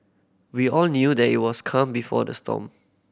we all knew that it was calm before the storm